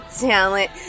talent